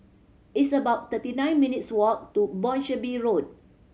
it's about thirty nine minutes' walk to Boscombe Road